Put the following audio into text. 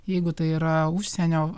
jeigu tai yra užsienio